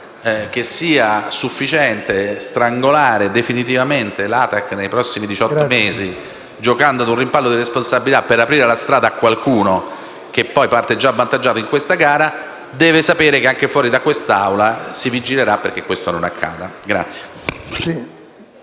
che sia sufficiente strangolare definitivamente l'ATAC nei prossimi diciotto mesi giocando a un rimpallo di responsabilità per aprire la strada a qualcuno che poi parte già avvantaggiato nella gara, deve sapere che anche fuori da quest'Aula si vigilerà perché ciò non accada.